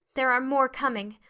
there are more coming!